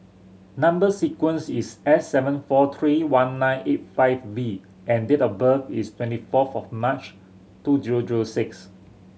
number sequence is S seven four three one nine eight five V and date of birth is twenty fourth of March two zero zero six